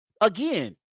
again